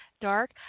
dark